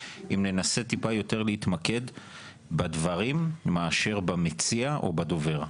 אם ננסה טיפה יותר להתמקד בדברים מאשר במציע או בדובר.